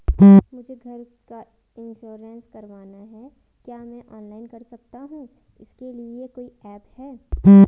मुझे घर का इन्श्योरेंस करवाना है क्या मैं ऑनलाइन कर सकता हूँ इसके लिए कोई ऐप है?